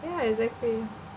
ya exactly